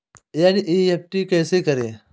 NEFT कैसे करें?